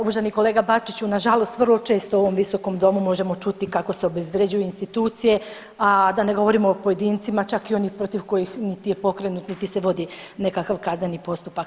Uvaženi kolega Bačiću, nažalost vrlo često u ovom visokom domu možemo čuti kako se obezvrjeđuju institucije, a da ne govorimo o pojedincima, čak i onih protiv kojih niti je pokrenut, niti se vodi nekakav kazneni postupak.